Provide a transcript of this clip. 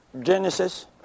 Genesis